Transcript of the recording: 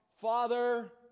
Father